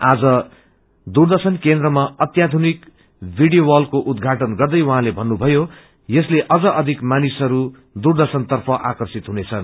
आज दूर्दशनकेन्द्रमा अत्पापुनिक बीडियो बासको उद्घाटन गर्दै उर्कले भन्नुभयो यसले अझ अधिक मानिसहरू दूरदेशन तर्फ आर्कषित हुनेछन्